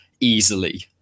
easily